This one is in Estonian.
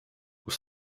kus